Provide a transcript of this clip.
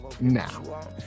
now